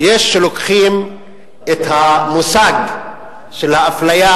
יש שלוקחים את המושג של האפליה,